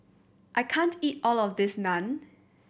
I can't eat all of this Naan